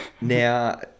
Now